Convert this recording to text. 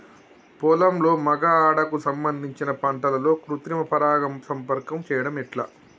పొలంలో మగ ఆడ కు సంబంధించిన పంటలలో కృత్రిమ పరంగా సంపర్కం చెయ్యడం ఎట్ల?